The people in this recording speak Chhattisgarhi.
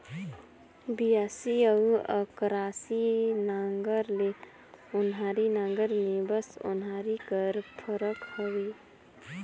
बियासी अउ अकरासी नांगर ले ओन्हारी नागर मे बस ओन्हारी कर फरक हवे